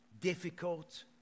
difficult